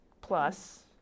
plus